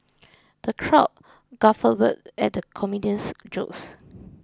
the crowd guffawed at the comedian's jokes